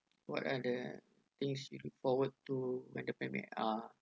what are the things you look forward to when the pandemic are